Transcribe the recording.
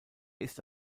ist